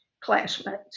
classmates